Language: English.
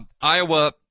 Iowa